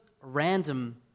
random